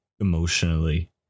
emotionally